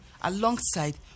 alongside